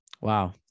wow